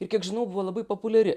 ir kiek žinau buvo labai populiari